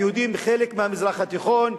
היהודים הם חלק מהמזרח התיכון.